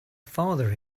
father